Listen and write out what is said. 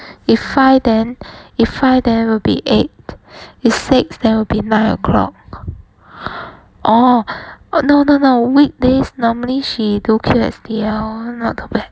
if five then if five then will be eight if six then will be nine o'clock oh oh no no no weekdays normally she do Q_S_T_L